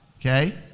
Okay